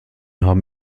haben